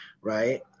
Right